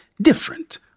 different